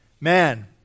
man